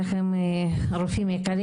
וחרפה.